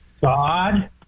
God